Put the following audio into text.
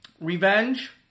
Revenge